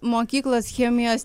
mokyklos chemijos